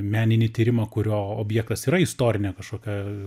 meninį tyrimą kurio objektas yra istorinė kažkokia